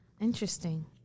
Interesting